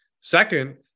Second